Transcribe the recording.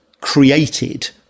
created